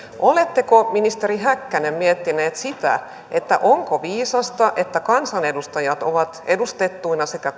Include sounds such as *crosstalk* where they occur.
oletteko ministeri häkkänen miettinyt sitä onko viisasta että kansanedustajat ovat edustettuina sekä *unintelligible*